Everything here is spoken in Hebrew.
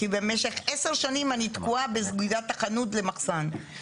כי במשך 10 שנים אני תקועה בסגירת החנות למחסן.